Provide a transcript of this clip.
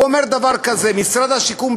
הוא אומר דבר כזה: משרד השיכון,